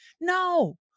No